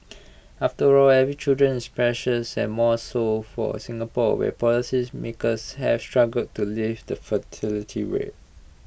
after all every children is precious and more so for Singapore where policymakers have struggled to lift the fertility rate